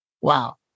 Wow